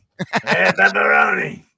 Pepperoni